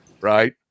Right